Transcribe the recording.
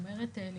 את אומרת מוקד,